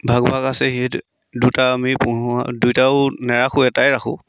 ভাগ ভাগ আছে সিহঁতে দুটা আমি পোহোঁ দুয়োটাও নেৰাখোঁ এটাই ৰাখোঁ